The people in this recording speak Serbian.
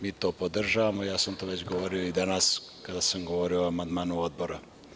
Mi to podržavamo i ja sam to već govorio danas kada sam govorio o amandmanu odbora.